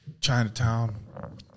Chinatown